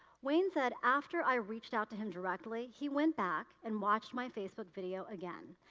wayne said, after i reached out to him directly, he went back and watched my facebook video again.